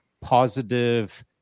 positive